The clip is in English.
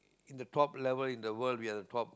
in the top level in the world we are the top